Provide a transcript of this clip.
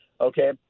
Okay